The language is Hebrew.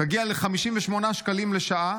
תגיע ל-58 שקלים לשעה,